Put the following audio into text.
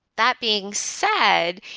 that being said,